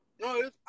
No